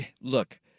look